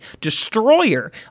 destroyer